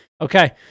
Okay